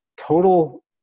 Total